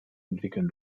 entwickeln